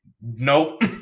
nope